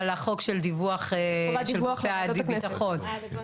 על החוק של דיווח לוועדות הכנסת של גופי הביטחון.